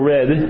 Red